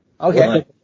Okay